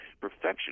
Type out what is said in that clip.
perfection